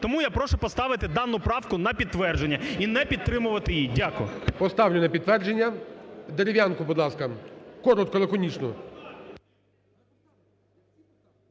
Тому я прошу поставити дану правку на підтвердження і не підтримувати її. Дякую. ГОЛОВУЮЧИЙ. Поставлю на підтвердження. Дерев'янко, будь ласка, коротко, лаконічно.